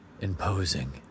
imposing